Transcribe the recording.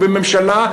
או בממשלה,